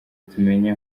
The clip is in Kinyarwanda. tumenye